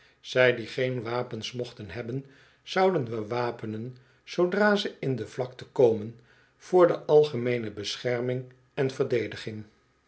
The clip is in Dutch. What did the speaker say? zij die geen wapens mochten hebben zouden we wapenen zoodra ze in de vlakte komen voor de algemeene bescherming en verdediging